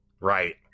Right